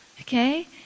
okay